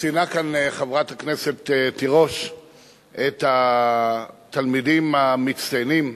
ציינה כאן חברת הכנסת תירוש את התלמידים המצטיינים,